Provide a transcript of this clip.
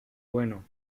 bueno